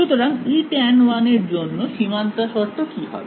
সুতরাং Etan1 এর জন্য সীমান্ত শর্ত কি হবে